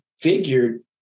figured